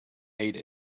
ate